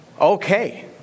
Okay